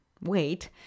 wait